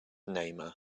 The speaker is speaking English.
namer